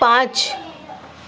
پانچ